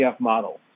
model